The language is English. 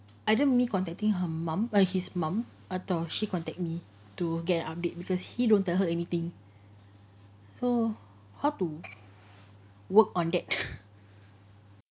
either me contacting her mum uh his mum atau she contact me to get update because he don't tell her anything so how to work on that